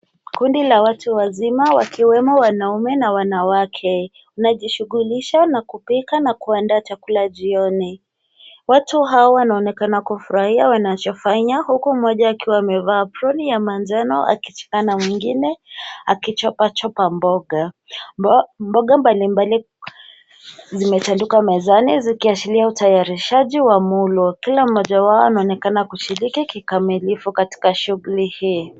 Kundi la watu wazima, wakiwemo wanaume na wanawake, linajishughulisha na kupika na kuandaa chakula jioni. Watu hawa wanaonekana kufurahia wanachofanya, huku mmoja akiwa amevaa (cs)aproni(cs) ya manjano, akishirikiana na mwingine (cs)akichopachopa(cs) mboga. Mboga mbalimbali zimetandikwa mezani, zikiashiria utayarishaji wa mulo. Kila mmoja wao anaonekana kushiriki kikamilifu katika shuguli hii.